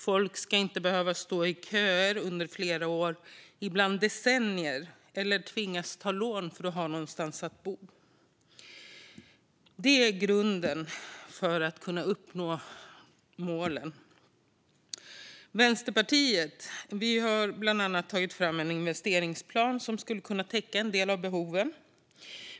Folk ska inte behöva stå i köer under flera år - ibland i decennier - eller tvingas ta lån för att ha någonstans att bo. Detta är grunden för att kunna uppnå målen. Vi i Vänsterpartiet har bland annat tagit fram en investeringsplan som skulle kunna täcka en del av behoven.